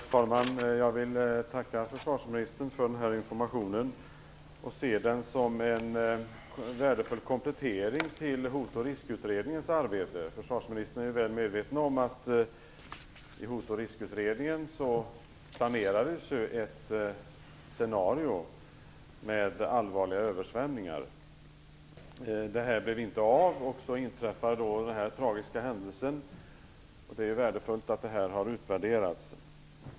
Herr talman! Jag vill tacka försvarsministern för den här informationen. Jag ser den som en värdefull komplettering till Hot och riskutredningens arbete. Försvarsministern är väl medveten om att det i Hotoch riskutredningen planerades för ett scenario med allvarliga översvämningar. Det blev inte av, och så inträffade denna tragiska händelse. Det är ju värdefullt att det har utvärderats.